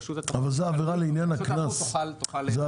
רשות התחרות תוכל לאכוף.